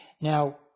Now